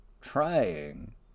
trying